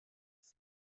است